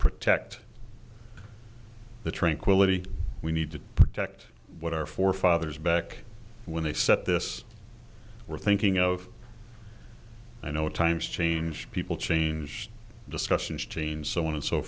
protect the tranquility we need to protect what our forefathers back when they set this we're thinking of you know times change people change discussions jeanne so on and so